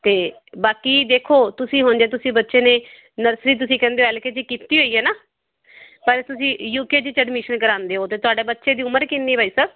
ਅਤੇ ਬਾਕੀ ਦੇਖੋ ਤੁਸੀਂ ਹੁਣ ਜੇ ਤੁਸੀਂ ਬੱਚੇ ਨੇ ਨਰਸਰੀ ਤੁਸੀਂ ਕਹਿੰਦੇ ਹੋ ਐਲ ਕੇ ਜੀ ਕੀਤੀ ਹੋਈ ਹੈ ਨਾ ਪਰ ਤੁਸੀਂ ਯੂ ਕੇ ਜੀ 'ਚ ਅਡਮਿਸ਼ਨ ਕਰਾਉਂਦੇ ਹੋ ਅਤੇ ਤੁਹਾਡੇ ਬੱਚੇ ਦੀ ਉਮਰ ਕਿੰਨੀ ਬਾਈ ਸਾਹਿਬ